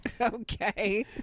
Okay